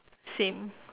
same